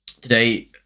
today